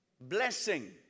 Blessing